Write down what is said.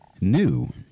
new